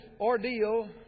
ordeal